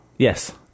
Yes